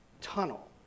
tunnel